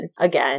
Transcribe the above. again